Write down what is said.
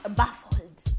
baffled